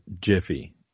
Jiffy